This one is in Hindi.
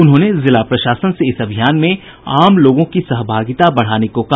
उन्होंने जिला प्रशासन से इस अभियान में आम लोगों की सहभागिता बढ़ाने को कहा